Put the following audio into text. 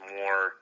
more